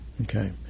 Okay